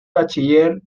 bachiller